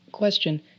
question